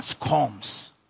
comes